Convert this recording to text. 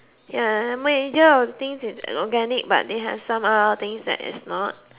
ya major of their thing is organic but they have some other things that is not